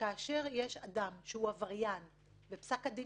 כאשר יש אדם והוא עבריין ופסק הדין